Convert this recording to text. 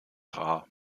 rar